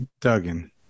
Duggan